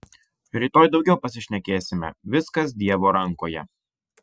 rytoj daugiau pasišnekėsime viskas dievo rankoje